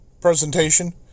presentation